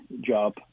job